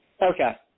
Okay